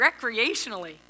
recreationally